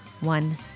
One